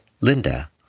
Linda